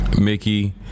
Mickey